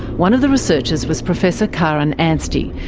one of the researchers was professor kaarin anstey,